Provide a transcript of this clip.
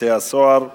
בתי-הסוהר (מס'